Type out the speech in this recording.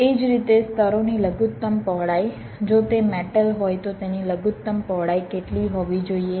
એ જ રીતે સ્તરોની લઘુત્તમ પહોળાઈ જો તે મેટલ હોય તો તેની લઘુત્તમ પહોળાઈ કેટલી હોવી જોઈએ